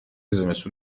زمستون